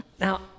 Now